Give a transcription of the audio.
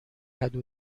کدو